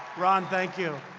ron, thank you.